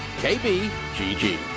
KBGG